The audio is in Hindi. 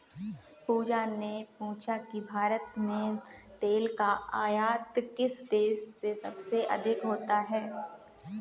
पूजा ने पूछा कि भारत में तेल का आयात किस देश से सबसे अधिक होता है?